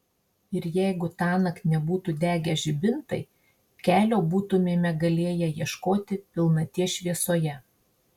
ir jeigu tąnakt nebūtų degę žibintai kelio būtumėme galėję ieškoti pilnaties šviesoje